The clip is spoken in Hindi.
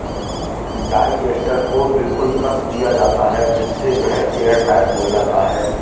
डाइजेस्टर को बिल्कुल कस दिया जाता है जिससे वह एयरटाइट हो जाता है